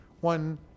one